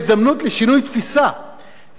זו הזדמנות לחשיבה מחודשת.